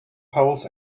poles